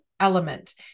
Element